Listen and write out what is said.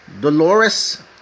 dolores